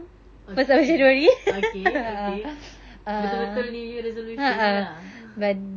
okay okay okay betul betul new year resolution lah